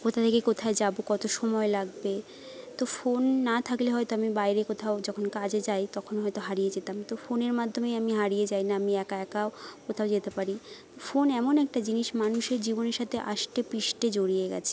কোথা থেকে কোথায় যাবো কতো সময় লাগবে তো ফোন না থাকলে হয়তো আমি বাইরে কোথাও যখন কাজে যাই তখন হয়তো হারিয়ে যেতাম তো ফোনের মাধ্যমেই আমি হারিয়ে যাই না আমি একা একা কোথাও যেতে পারি ফোন এমন একটা জিনিস মানুষের জীবনের সাথে আষ্টে পৃষ্ঠে জড়িয়ে গেছে